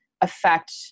affect